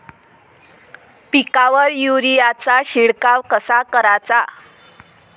पिकावर युरीया चा शिडकाव कसा कराचा?